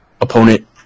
opponent